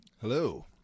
Hello